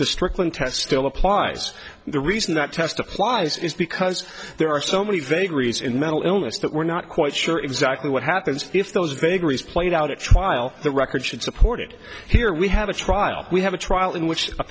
the stricklin test still applies the reason that test a fly's is because there are so many vagaries in mental illness that we're not quite sure exactly what happens if those vagaries played out at trial the record should support it here we have a trial we have a trial in which a